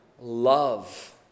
love